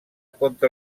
contra